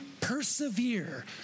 persevere